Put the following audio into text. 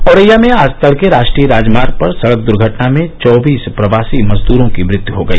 औरैया में आज तड़के राष्ट्रीय राजमार्ग पर सड़क द्वर्घटना में चौबीस प्रवासी मजदूरों की मृत्यु हो गई